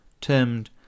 termed